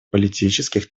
политических